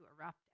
erupt